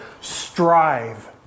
Strive